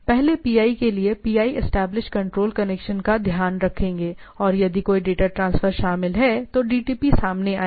पहले पीआई के लिए पीआई एस्टेब्लिश कंट्रोल कनेक्शन का ध्यान रखेंगे और यदि कोई डेटा ट्रांसफर शामिल है तो डीटीपी सामने आएगा